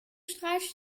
streicht